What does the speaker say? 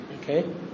Okay